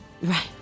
Right